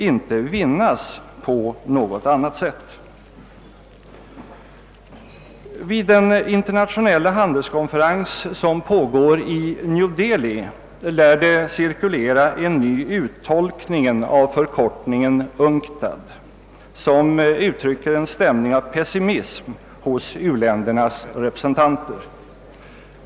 inte vinnas på något annat sätt. Vid den internationella handelskonferens som pågår i New Delhi lär det cirkulera en: ny: uttolkning av förkortningen UNCTAD, som uttrycker en stämning av pessimism hos u-ländernas representanter.